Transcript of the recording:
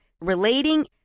relating